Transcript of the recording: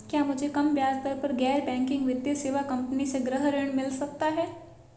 क्या मुझे कम ब्याज दर पर गैर बैंकिंग वित्तीय सेवा कंपनी से गृह ऋण मिल सकता है?